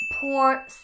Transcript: poor